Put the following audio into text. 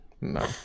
No